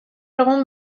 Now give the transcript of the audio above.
egun